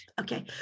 Okay